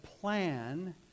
plan